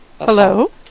Hello